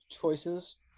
choices